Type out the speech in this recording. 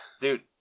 Dude